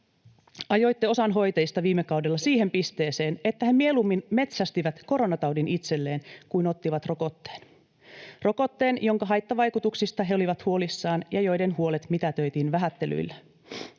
ajoitte osan hoitajista viime kaudella siihen pisteeseen, että he mieluummin metsästivät koronataudin itselleen kuin ottivat rokotteen, rokotteen, jonka haittavaikutuksista he olivat huolissaan ja joiden huolet mitätöitiin vähättelyillä.